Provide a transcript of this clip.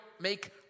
make